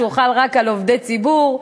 שחל רק על עובדי ציבור,